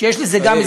שיש לזה גם,